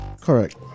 Correct